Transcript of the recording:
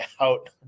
out